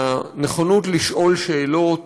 מהנכונות לשאול שאלות,